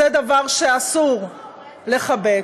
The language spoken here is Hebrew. זה דבר שאסור לחבק.